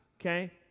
okay